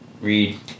read